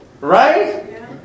Right